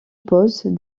pose